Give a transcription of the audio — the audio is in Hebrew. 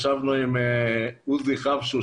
ישבנו עם עוזי חבשוש,